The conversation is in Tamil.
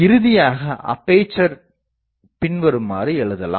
இறுதியாக அப்பேசர் பின்வருமாறு எழுதலாம்